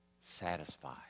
satisfied